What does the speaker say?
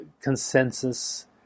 consensus